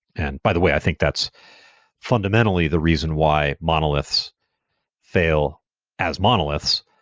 and by the way, i think that's fundamentally the reason why monoliths fail as monoliths,